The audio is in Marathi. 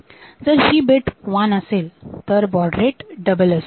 जर ही बीट 1 असेल तर बॉड रेट डबल असतो